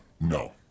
No